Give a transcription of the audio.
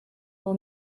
hall